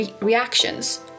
reactions